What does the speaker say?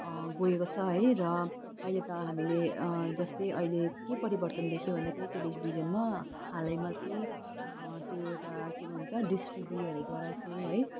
गएको छ है र अहिले त हामीले जस्तै अहिले के परिवर्तन देख्यौँ भन्दा चाहिँ टेलिभिजनमा हालैमा चाहिँ त्यो एउटा के भन्छ डिस टिभीहरूद्वारा चाहिँ है